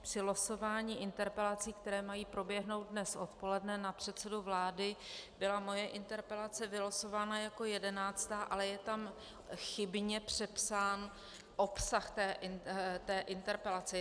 Při losování interpelací, které mají proběhnout dnes odpoledne na předsedu vlády, byla moje interpelace vylosována jako 11., ale je tam chybně přepsán obsah interpelace.